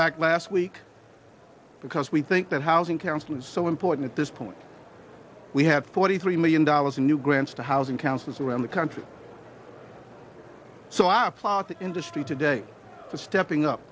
fact last week because we think that housing counseling is so important at this point we have forty three million dollars in new grants to housing counselors around the country so i applaud the industry today for stepping up